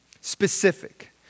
Specific